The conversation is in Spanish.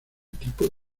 tipo